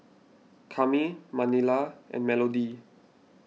Cami Manilla and Melodie